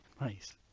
Nice